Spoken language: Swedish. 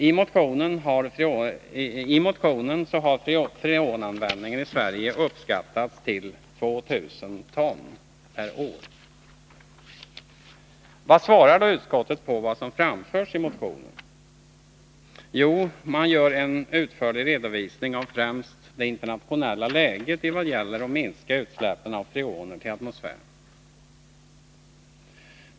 I motionen har freonanvändningen i Sverige uppskattats till 2 000 ton per år. Vad svarar då utskottet på det som framförts i motionen? Jo, man lämnar en utförlig redovisning av främst det internationella läget i vad gäller att minska utsläppen av freoner i atmosfären.